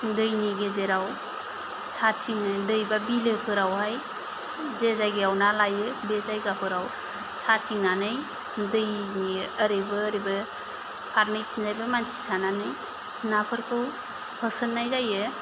दैनि गेजेराव साथिङो दै एबा बिलोफोरावहाय जाय जायगायाव ना लायो बे जायगाफोराव साथिंनानै दैनि ओरैबो ओरैबो फारनैथिंजायबो मानसि थानानै नाफोरखौ होसोनाय जायो